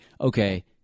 okay